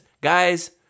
guys